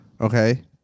okay